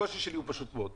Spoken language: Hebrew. הקושי שלי הוא פשוט מאוד.